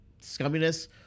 scumminess